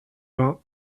vingts